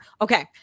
Okay